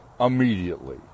immediately